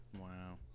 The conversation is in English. Wow